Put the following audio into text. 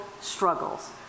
struggles